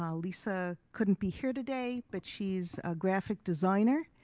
um lisa couldn't be here today, but she's a graphic designer.